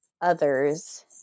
others